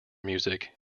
music